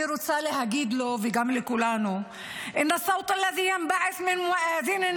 אני רוצה להגיד לו וגם לכולנו: (אומרת דברים בשפה הערבית:)